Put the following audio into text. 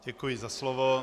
Děkuji za slovo.